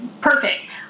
Perfect